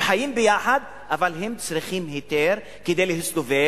הם חיים ביחד, אבל הם צריכים היתר כדי להסתובב.